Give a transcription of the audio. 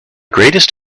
greatest